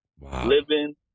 living